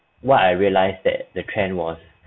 what I realize that the trend was